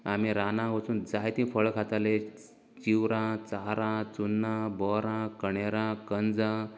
आमी रानांत वचून जायतीं फळां खाताले चिवरां चारां चुन्नां बोरां कणेरां कंजा